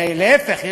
להפך,